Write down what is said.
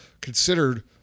considered